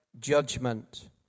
judgment